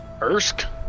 Ersk